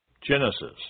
Genesis